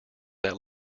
that